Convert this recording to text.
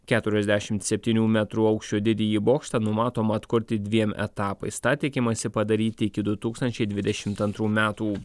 keturiasdešimt septynių metrų aukščio didįjį bokštą numatoma atkurti dviem etapais tą tikimasi padaryti iki du tūkstančiai dvidešimt antrų metų